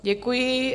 Děkuji.